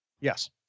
Yes